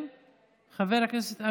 חבר הכנסת משה ארבל,